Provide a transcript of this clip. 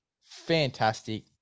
fantastic